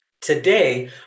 Today